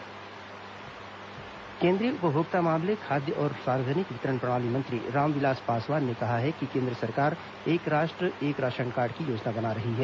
एक राष्ट एक राशन कार्ड केंद्रीय उपभोक्ता मामले खाद्य और सार्वजनिक वितरण प्रणाली मंत्री रामविलास पासवान ने कहा है कि सरकार एक राष्ट्र एक राशन कार्ड की योजना बना रही है